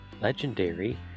legendary